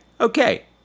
Okay